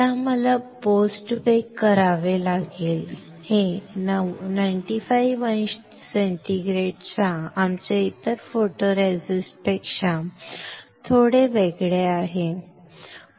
आता आम्हाला bake post करावे लागेल हे 95 अंश सेंटीग्रेडच्या आमच्या इतर फोटोरेसिस्टपेक्षा थोडे वेगळे आहे बरोबर